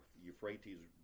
Euphrates